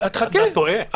אתה טועה.